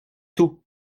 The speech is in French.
tous